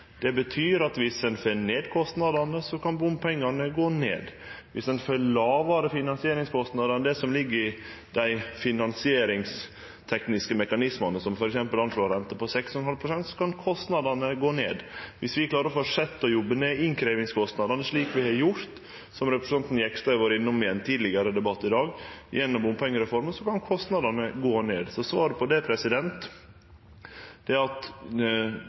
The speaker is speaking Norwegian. Det betyr at dersom ein får ned kostnadene, kan bompengane gå ned. Dersom ein får lågare finansieringskostnader enn det som ligg i dei finansieringstekniske mekanismane som f.eks. anslår ei rente på 6,5 pst., kan kostnadene gå ned. Dersom vi klarer å fortsetje å jobbe ned innkrevjingskostnadene slik vi har gjort – som representanten Jegstad har vore innom i ein tidlegere debatt i dag – gjennom bompengereforma, kan kostnadene gå ned. Så det endelege svaret på det